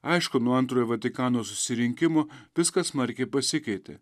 aišku nuo antrojo vatikano susirinkimo viskas smarkiai pasikeitė